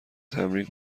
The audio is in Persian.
تمرین